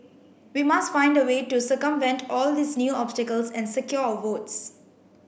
we must find a way to circumvent all these new obstacles and secure our votes